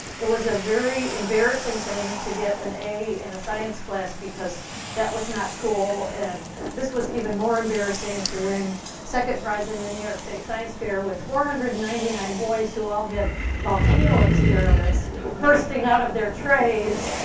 it was a very embarrassing thing to get an a in a science class because that was not cool, and this was even more embarrassing to win second prize in the new york state science fair with four hundred and ninety nine boys who all had volcano experiments bursting out of their trays.